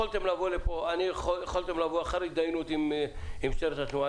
יכולתם לבוא לאחר התדיינות עם משטרת התנועה.